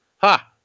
Ha